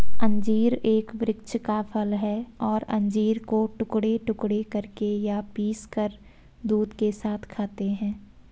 अंजीर एक वृक्ष का फल है और अंजीर को टुकड़े टुकड़े करके या पीसकर दूध के साथ खाते हैं